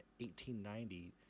1890